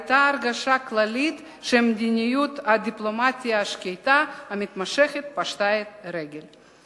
היתה הרגשה כללית שמדיניות הדיפלומטיה השקטה המתמשכת פשטה את הרגל.